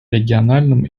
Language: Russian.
региональном